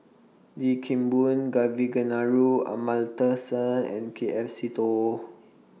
Lim Kim Boon Kavignareru Amallathasan and K F Seetoh